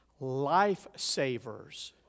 lifesavers